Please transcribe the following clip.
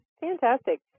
Fantastic